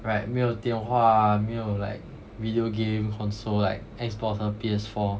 right 没有电话没有 like video game console like X box or P_S four